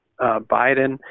Biden